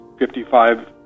55